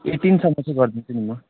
एटिनसम्म चाहिँ गरिदिन्छु नि म